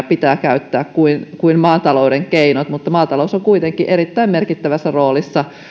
pitää käyttää muitakin kuin maatalouden keinoja mutta maatalous on kuitenkin erittäin merkittävässä roolissa